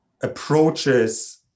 approaches